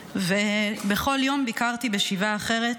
בכל יום ביקרתי בשבעה אחרת